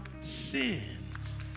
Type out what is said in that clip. sins